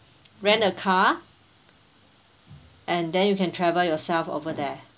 rent a car and then you can travel yourself over there